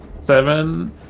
Seven